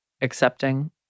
accepting